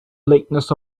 lateness